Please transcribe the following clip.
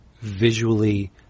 visually